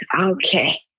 Okay